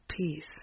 peace